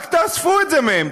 רק תאספו את זה מהם.